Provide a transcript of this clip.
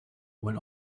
when